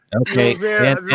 okay